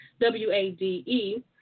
W-A-D-E